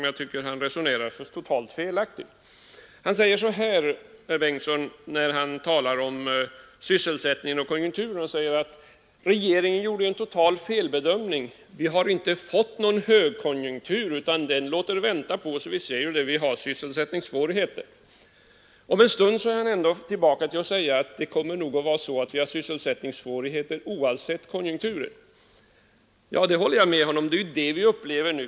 Jag tycker att herr Bengtson resonerar helt felaktigt när han säger att regeringen gjorde en felbedömning när den sade att vi skulle komma att få en högkonjunktur i år. Högkonjunkturen låter vänta på sig, säger herr Bengtson; vi har fortfarande sysselsättningssvårigheter. En stund senare sade herr Bengtson att vi nog kommer att ha sysselsättningssvårigheter oavsett konjunkturen. Ja, det är ju just det vi upplever nu.